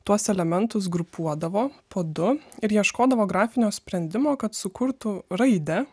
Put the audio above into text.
tuos elementus grupuodavo po du ir ieškodavo grafinio sprendimo kad sukurtų raidę